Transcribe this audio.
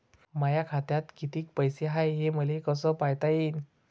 माया खात्यात कितीक पैसे हाय, हे मले कस पायता येईन?